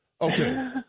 Okay